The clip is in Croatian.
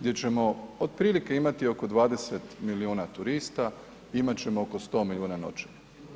gdje ćemo otprilike imati oko 20 milijuna turista, imati ćemo oko 100 milijuna noćenja.